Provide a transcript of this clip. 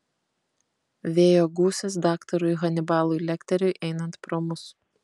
vėjo gūsis daktarui hanibalui lekteriui einant pro mus